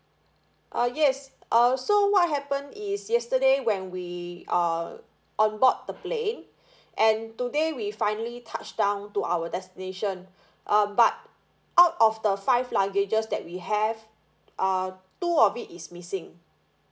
uh yes uh so what happened is yesterday when we uh on board the plane and today we finally touched down to our destination uh but out of the five luggages that we have uh two of it is missing